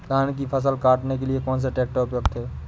धान की फसल काटने के लिए कौन सा ट्रैक्टर उपयुक्त है?